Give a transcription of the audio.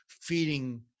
feeding